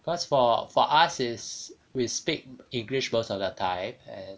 cause for for us is we speak english most of their time and